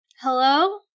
hello